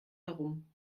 herum